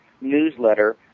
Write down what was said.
newsletter